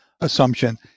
assumption